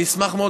אני אשמח מאוד,